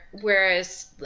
Whereas